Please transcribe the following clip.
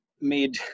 made